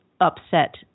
upset